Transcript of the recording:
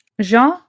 Jean